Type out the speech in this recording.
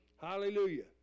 hallelujah